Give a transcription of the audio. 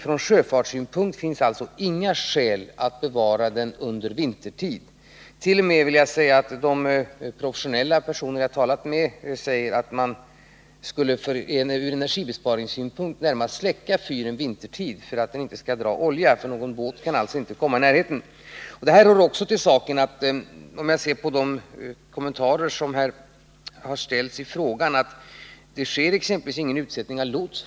Från sjöfartssynpunkt finns det därför inga skäl att använda fyren vintertid. De professionella personer som jag har talat med säger t.o.m. att fyren från energibesparingssynpunkt borde vara släckt under vintern. Då skulle den inte förbruka någon olja. Båtar kan alltså inte komma i närheten av fyren. I Sten-Ove Sundströms fråga nämns exempelvis att man inte sätter ut någon lots vid Rödkallen.